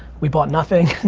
we bought nothing.